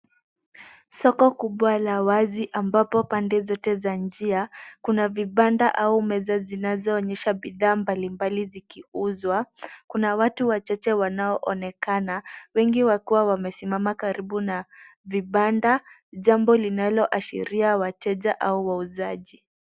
Soko kubwa la wazi ambapo pande zote za njia, kuna vibanda au meza zinazoonyesha bidhaa mbalimbali zikiuzwa . Kuna watu wachache wanaoonekana ,wengi wakiwa wamesimama karibu na vibanda, jambo linaloashiria wateja au wauzaji.